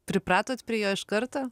pripratot prie jo iš karto